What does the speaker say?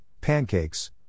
pancakes